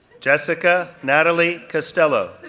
jessica natalie castelo,